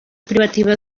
privativa